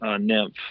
nymph